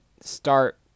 start